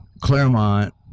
Claremont